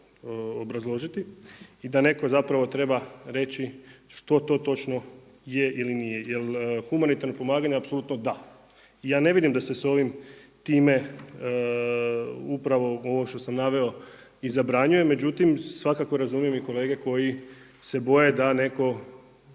obrazložiti i da netko zapravo treba reći što to točno je ili nije jer humanitarna pomaganja apsolutno da. I ja ne vidim da se s ovim time upravo ovo što sam naveo i zabranjuje, međutim, svakako razumijem i kolege koji se boje da netko